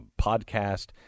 podcast